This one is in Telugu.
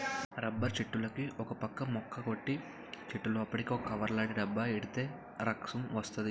రబ్బర్ చెట్టులుకి ఒకపక్క ముక్క కొట్టి చెట్టులోపలికి ఒక కవర్లాటి డబ్బా ఎడితే రసం వస్తది